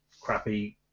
crappy